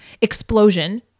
explosion